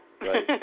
Right